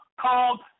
called